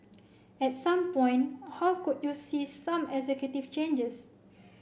at some point how could you see some executive changes